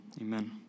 amen